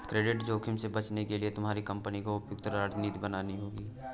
credit जोखिम से बचने के लिए तुम्हारी कंपनी को उपयुक्त रणनीति बनानी होगी